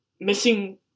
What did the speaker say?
missing